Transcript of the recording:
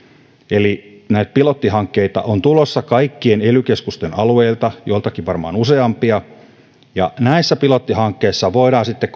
eli näitä pilottihankkeita on tulossa kaikkien ely keskusten alueilta joiltakin varmaan useampia ja näissä pilottihankkeissa voidaan sitten